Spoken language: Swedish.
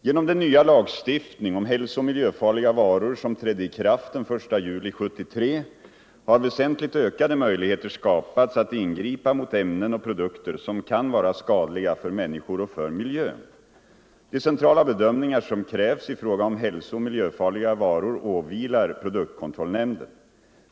Genom den nya lagstiftning om hälsooch miljöfarliga varor som trädde i kraft den 1 juli 1973 har väsentligt ökade möjligheter skapats att ingripa mot ämnen och produkter som kan vara skadliga för människor och för miljön. De centrala bedömningar som krävs i fråga om hälsooch miljöfarliga varor åvilar produktkontrollnämnden.